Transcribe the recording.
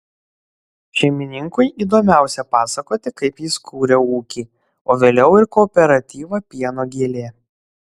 šeimininkui įdomiausia pasakoti kaip jis kūrė ūkį o vėliau ir kooperatyvą pieno gėlė